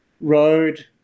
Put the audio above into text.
road